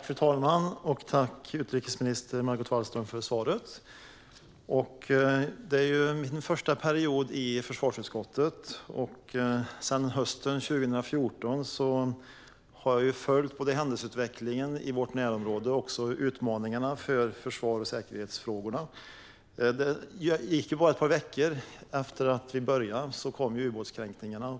Fru talman! Tack, utrikesminister Margot Wallström, för svaret! Det här är min första period i försvarsutskottet, och sedan hösten 2014 har jag följt både händelseutvecklingen i vårt närområde och utmaningarna inom försvars och säkerhetsfrågorna. Det gick bara ett par veckor efter att mandatperioden började innan ubåtskränkningarna kom.